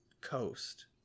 coast